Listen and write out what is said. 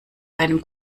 einem